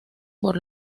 por